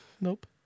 Nope